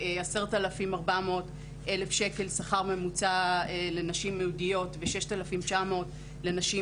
10,400 שקל שכר ממוצע לנשים חילוניות ו-6,900 שקל לנשים